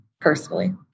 personally